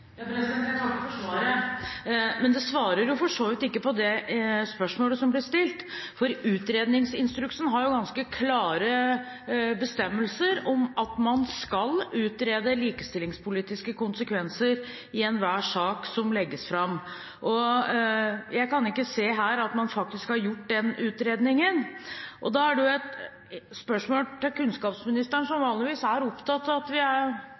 Jeg takker for svaret. Men statsråden svarer for så vidt ikke på det spørsmålet som ble stilt. Utredningsinstruksen har ganske klare bestemmelser om at man skal utrede likestillingspolitiske konsekvenser i enhver sak som legges fram. Jeg kan ikke se at man faktisk har gjort den utredningen her. Da er spørsmålet til kunnskapsministeren, som vanligvis er opptatt av kunnskap: Hvorfor er